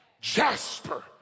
jasper